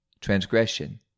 Transgression